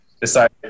Decided